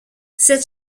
cette